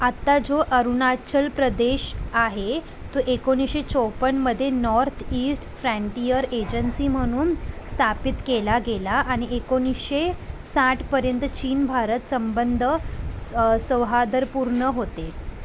आता जो अरुणाचल प्रदेश आहे तो एकोणीसशे चोपन्नमध्ये नॉर्थ ईस्ट फ्रँटियर एजन्सी म्हणून स्थापित केला गेला आणि एकोणीसशे साठपर्यंत चीन भारत संबंध स सौहार्दपूर्ण होते